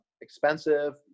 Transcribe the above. expensive